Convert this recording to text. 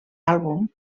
àlbum